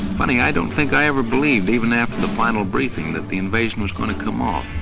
funny, i don't think i ever believed even after the final briefing that the invasion was gonna come off.